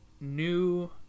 new